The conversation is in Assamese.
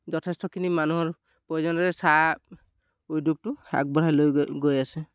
যথেষ্টখিনি মানুহৰ প্ৰয়োজনৰে চাহ উদ্যোগটো আগবঢ়াই লৈ গৈ গৈ আছে